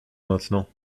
maintenant